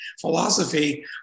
philosophy